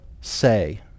say